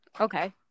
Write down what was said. Okay